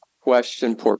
question